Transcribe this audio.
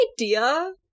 idea